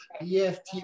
EFT